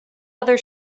other